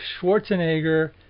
Schwarzenegger